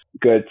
good